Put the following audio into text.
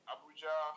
Abuja